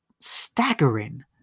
staggering